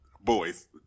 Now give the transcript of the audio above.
boys